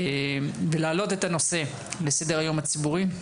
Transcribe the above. ולהעלות את הנושא לסדר היום הציבורי.